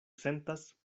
sentas